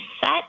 set